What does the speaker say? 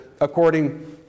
according